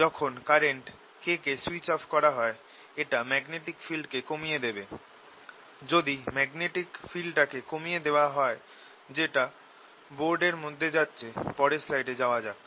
যখন current K কে switch off করা হয় এটা ম্যাগনেটিক ফিল্ড কে কমিয়ে দেবে যদি ম্যাগনেটিক ফিল্ডটাকে কমিয়ে দেওয়া হয় যেটা বোর্ড এর মধ্যে যাচ্ছে পরের স্লাইডে যাওয়া যাক